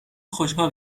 خوشحال